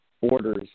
orders